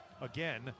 again